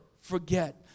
forget